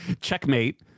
checkmate